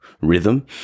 rhythm